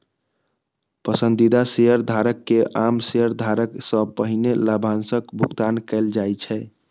पसंदीदा शेयरधारक कें आम शेयरधारक सं पहिने लाभांशक भुगतान कैल जाइ छै